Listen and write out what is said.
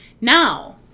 Now